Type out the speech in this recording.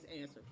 answer